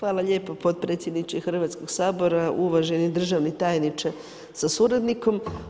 Hvala lijepo potpredsjedniče Hrvatskog sabora, uvaženi državni tajniče sa suradnikom.